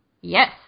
Yes